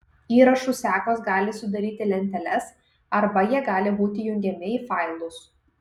įrašų sekos gali sudaryti lenteles arba jie gali būti jungiami į failus